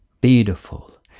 beautiful